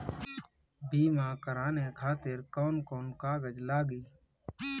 बीमा कराने खातिर कौन कौन कागज लागी?